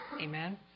Amen